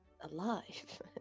alive